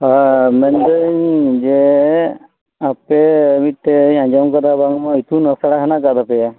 ᱦᱮᱸ ᱢᱮᱱᱫᱟᱹᱧ ᱡᱮ ᱟᱯᱮ ᱢᱤᱫᱴᱨᱱ ᱟᱸᱡᱚᱢᱫᱟᱹᱧ ᱵᱟᱝᱢᱟ ᱤᱛᱩᱱ ᱟᱥᱲᱟ ᱦᱮᱱᱟᱜ ᱟᱠᱟᱫ ᱛᱟᱯᱮᱭᱟ